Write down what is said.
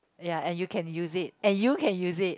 ya and you can use it and you can use it